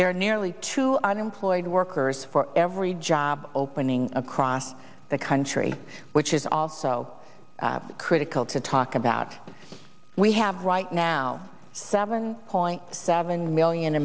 their nearly two unemployed workers for every job opening across the country which is also critical to talk about we have right now seven point seven million